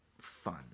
fun